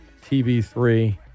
TV3